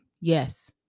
Yes